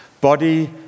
body